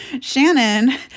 Shannon